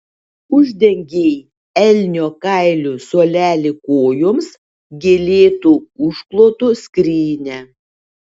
uždengei elnio kailiu suolelį kojoms gėlėtu užklotu skrynią